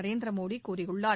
நரேந்திர மோடி கூறியுள்ளார்